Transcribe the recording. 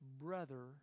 Brother